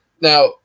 Now